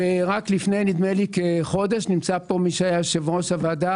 נדמה לי שרק לפני כחודש או חודשיים נמצא כאן מי שהיה יושב ראש הוועדה,